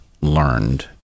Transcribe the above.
learned